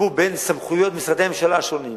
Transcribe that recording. החיבור בין סמכויות משרדי הממשלה השונים,